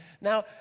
Now